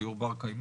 דיור בר קיימא.